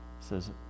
says